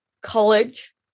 college